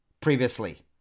previously